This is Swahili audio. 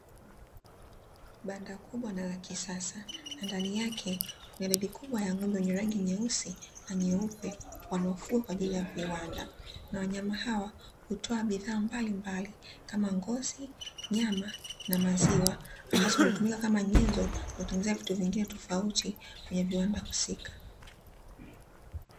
Banda kubwa na la kisasa, na ndani yake kuna idadi kubwa ya ng'ombe wenye rangi nyeusi na nyeupe, wanaofugwa kwa ajili ya viwanda. Wanyama hawa hutoa bidhaa mbalimbali kama ngozi, nyama na maziwa. Ambazo hutumika kama nyenzo ya kutengenezea vitu vingine tofauti, kwenye viwanda husika.